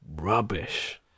rubbish